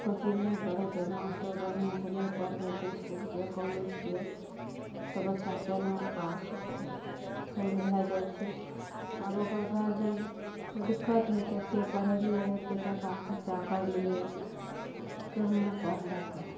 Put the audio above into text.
coaching नहि पढ़ेतै master बढ़िआँसँ नहि पढ़बै छै इसकुलके कॉलेजके तऽ बच्चा केना पास होयतै फेल भए जाइ छै आब ओकर गार्जियनके दिक्कत होइत छै एतेक पढ़ेलियै एतेक टका खर्चा करलियै कहाँ पढ़लकै